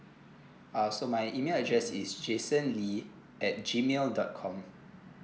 uh so my email address is jason lee at G mail dot com